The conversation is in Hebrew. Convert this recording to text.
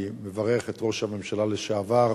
אני מברך את ראש הממשלה לשעבר,